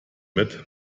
mit